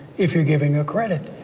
if you're giving a credit.